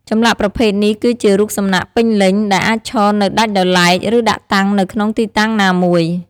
ចម្លាក់ប្រភេទនេះគឺជា រូបសំណាកពេញលេញ ដែលអាចឈរនៅដាច់ដោយឡែក ឬដាក់តាំងនៅក្នុងទីតាំងណាមួយ។